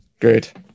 Great